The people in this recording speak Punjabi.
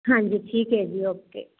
ਹਾਂਜੀ ਠੀਕ ਹੈ ਜੀ ਓਕੇ